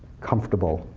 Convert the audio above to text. comfortable,